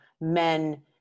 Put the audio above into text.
men